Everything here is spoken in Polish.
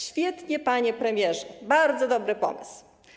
Świetnie, panie premierze, bardzo dobry pomysł.